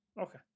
Okay